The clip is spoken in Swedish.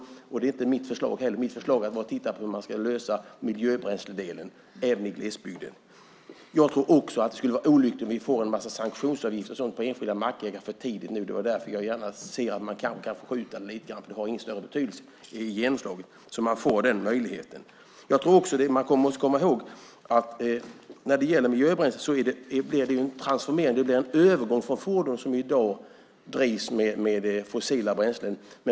Det är inte heller mitt förslag. Mitt förslag var att titta på hur man ska lösa miljöbränslefrågan även i glesbygden. Jag tror också att det vore olyckligt om vi för tidigt fick en massa sanktionsavgifter på enskilda mackägare. Därför ser jag gärna att man skjuter lite på det. Det har ingen större betydelse i genomslag. Man måste också komma ihåg att när det gäller miljöbränsle är det en transformering. Det blir en övergång från fordon som i dag drivs med fossila bränslen.